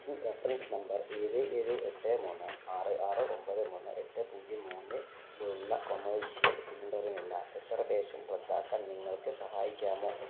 booking reference number ഏഴ് ഏഴ് എട്ട് മൂന്ന് ആറ് ആറ് ഒമ്പത് മൂന്ന് എട്ട് പൂജ്യം മൂന്ന് ലുള്ള കൊമേർഷ്യൽ സിലിണ്ടറിനുള്ള റിസർവേഷൻ റദ്ദാക്കാൻ നിങ്ങൾക്ക് സഹായിക്കാമോ